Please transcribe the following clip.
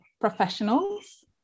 professionals